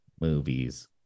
movies